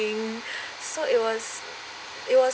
so it was it was